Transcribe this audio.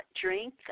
drink